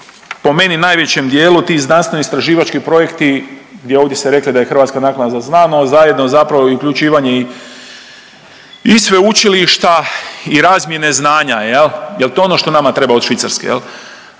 po meni najvećem dijelu ti znanstveno istraživački projekti gdje ovdje ste rekli da je Hrvatska naklada za znanost zajedno i uključivanje i sveučilišta i razmjene znanja jel to je ono što nama treba od Švicarske.